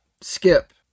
skip